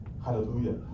Hallelujah